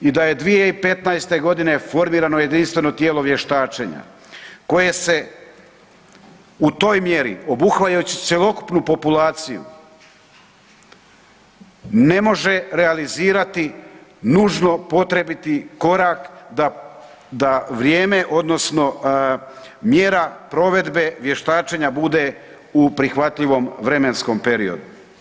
I da je 2015. g. formiramo jedinstveno tijelo vještačenja koje se u toj mjeri obuhvaćajući cjelokupnu populaciju, ne može realizirati nužno potrebiti korak da vrijeme odnosno mjera provedbe vještačenja bude u prihvatljivom vremenskom periodu.